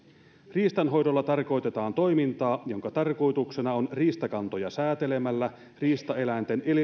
riistanhoidolla tarkoitetaan toimintaa jonka tarkoituksena on riistakantoja säätelemällä riistaeläinten